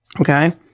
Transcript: okay